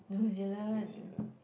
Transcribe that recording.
yeah New-Zealand